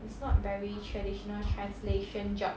it's not very traditional translation job